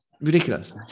Ridiculous